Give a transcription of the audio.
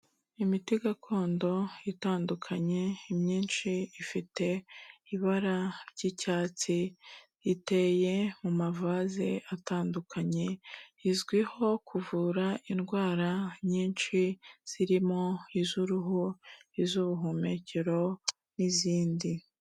Imiti gakondo itandukanye imyinshi ifite ibara ry'icyatsi, iteye mu mavaze atandukanye, izwiho kuvura indwara nyinshi zirimo iz'uruhu, iz'ubuhumekero n'izindi.